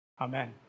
Amen